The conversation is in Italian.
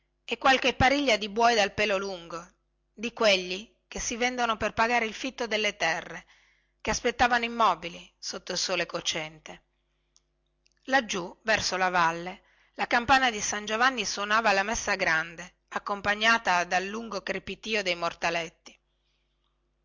e qualche pariglia di buoi dal pelo lungo di quegli che si vendono per pagare il fitto delle terre che aspettavano immobili sotto il sole cocente laggiù verso la valle la campana di san giovanni suonava la messa grande accompagnata dal lungo crepitìo dei mortaletti